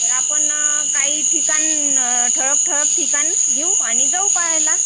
तर आपण काही ठिकाण ठळक ठळक ठिकाण घेऊ आणि जाऊ पाहायला